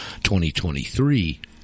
2023